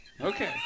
Okay